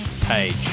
page